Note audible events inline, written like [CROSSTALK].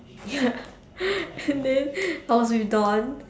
ya [LAUGHS] and then I was with dawn